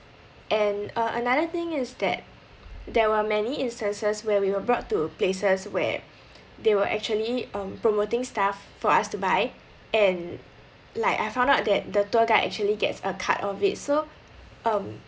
and uh another thing is that there are many instances where we were brought to places where they were actually um promoting stuff for us to buy and like I found out that the tour guide actually gets a cut of it so um